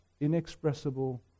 inexpressible